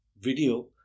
video